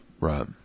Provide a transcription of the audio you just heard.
Right